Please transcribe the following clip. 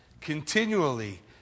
Continually